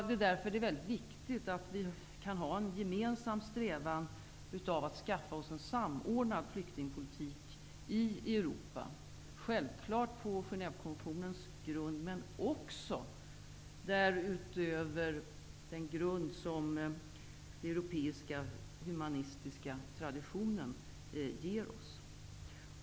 Därför är det väldigt viktigt att vi har en gemensam strävan att skaffa oss en samordnad flyktingpolitik i Europa, självklart på Genèvekonventionens grund men därutöver på den grund som den europeiska humanistiska traditionen ger oss.